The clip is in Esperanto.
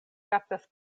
kaptas